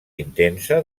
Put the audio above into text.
intensa